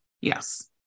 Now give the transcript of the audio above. Yes